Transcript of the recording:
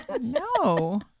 No